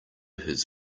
his